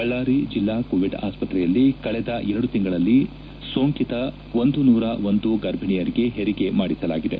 ಬಳ್ಳಾರಿ ಜಿಲ್ಲಾ ಕೋವಿಡ್ ಆಸ್ಪತ್ರೆಯಲ್ಲಿ ಕಳೆದ ಎರಡು ತಿಂಗಳಲ್ಲಿ ಸೋಂಕಿತ ಒಂದು ನೂರ ಒಂದು ಗರ್ಭಿಣಿಯರಿಗೆ ಹೆರಿಗೆ ಮಾಡಿಸಲಾಗಿದೆ